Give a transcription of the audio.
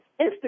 Instagram